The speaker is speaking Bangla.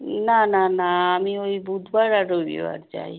না না না আমি ওই বুধবার আর রবিবার যাই